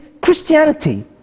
Christianity